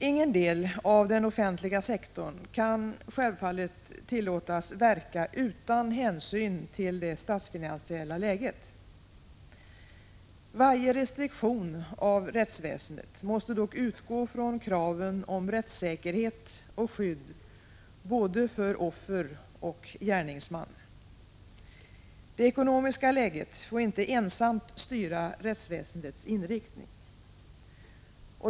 Ingen del av den offentliga sektorn kan självfallet tillåtas verka utan hänsyn till det statsfinansiella läget. Varje restriktion av rättsväsendet måste dock utgå från kraven om rättssäkerhet och skydd för både offer och gärningsman. Det ekonomiska läget får inte ensamt styra rättsväsendets inriktning.